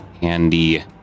handy